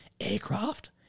aircraft